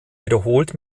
wiederholt